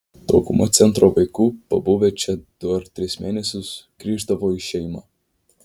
dauguma centro vaikų pabuvę čia du ar tris mėnesius grįždavo į šeimą